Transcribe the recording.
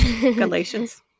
Galatians